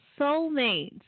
soulmates